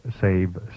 save